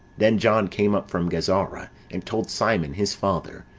then john came up from gazara, and told simon, his father,